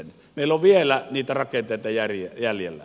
meillä on vielä niitä rakenteita jäljellä